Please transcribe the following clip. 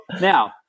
now